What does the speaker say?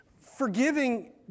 Forgiving